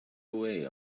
away